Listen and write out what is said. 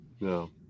no